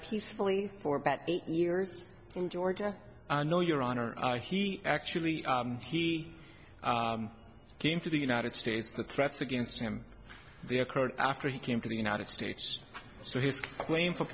peacefully for about eight years in georgia no your honor he actually he came to the united states the threats against him they occurred after he came to the united states so his claim f